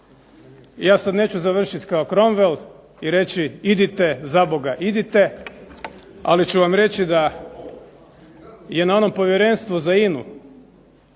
ja sad neću završiti kao Cromwell i reći "Idite, zaboga idite", ali ću vam reći da je na onom Povjerenstvu za